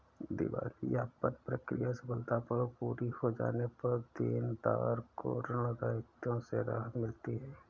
दिवालियापन प्रक्रिया सफलतापूर्वक पूरी हो जाने पर देनदार को ऋण दायित्वों से राहत मिलती है